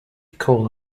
call